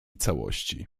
całości